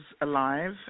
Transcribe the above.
alive